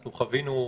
אנחנו חווינו,